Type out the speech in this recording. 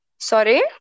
Sorry